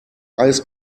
eis